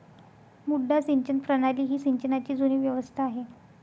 मुड्डा सिंचन प्रणाली ही सिंचनाची जुनी व्यवस्था आहे